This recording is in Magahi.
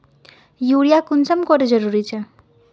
यूरिया कुंसम करे जरूरी छै?